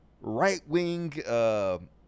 right-wing